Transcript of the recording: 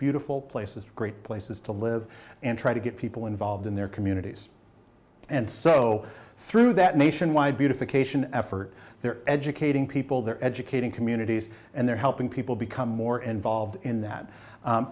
beautiful places great places to live and try to get people involved in their communities and so through that nationwide beautification effort there educating people there educating communities and they're helping people become more involved in that